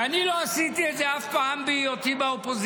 ואני לא עשיתי את זה אף פעם בהיותי באופוזיציה,